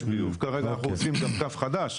כרגע אנחנו עושים קו חדש,